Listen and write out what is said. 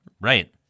Right